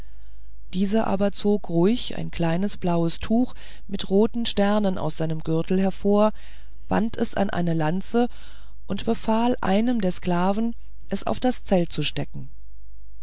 dieser aber zog ruhig ein kleines blaues tuch mit roten sternen aus seinem gürtel hervor band es an eine lanze und befahl einem der sklaven es auf das zelt zu stecken